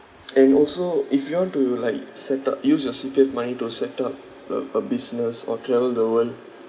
and also if you want to like set up use your C_P_F money to set up a a business or travel the world